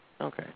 Okay